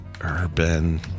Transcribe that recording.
Urban